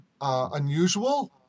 Unusual